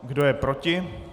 Kdo je proti?